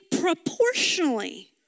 proportionally